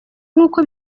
nkuko